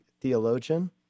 theologian